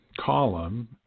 column